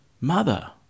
mother